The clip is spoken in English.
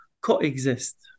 coexist